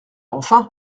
enfin